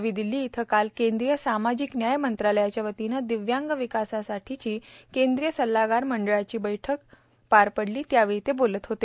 नवी दिल्ली इथं काल केंद्रीय सामाजिक न्याय मंत्रालयाच्या वतीनं दिव्यांग विकासासाठीची केंद्रीय सल्लगार मंडळाची द्रसरी बैठक पार पडली त्यावेळी ते बोलत होते